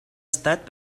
estat